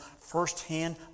firsthand